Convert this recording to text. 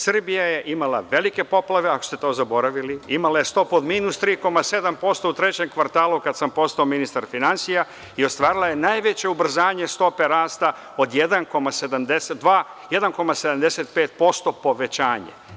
Srbija je imala velike poplave, ako ste to zaboravili, imala je stopu od minus 3,7% u trećem kvartalu kada sam postao ministar finansija i ostvarila je najveće ubrzanje stope rasta od 1,75% povećanja.